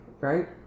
Right